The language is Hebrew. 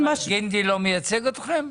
גינדי לא מייצג אתכם?